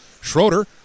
Schroeder